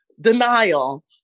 denial